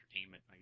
Entertainment